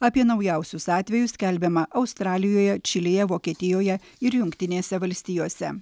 apie naujausius atvejus skelbiama australijoje čilėje vokietijoje ir jungtinėse valstijose